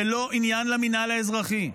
זה לא עניין למינהל האזרחי.